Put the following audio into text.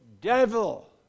devil